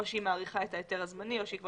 או שהיא מאריכה את ההיתר הזמני או שהיא כבר